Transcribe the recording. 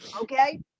Okay